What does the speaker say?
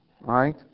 Right